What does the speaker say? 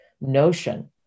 notion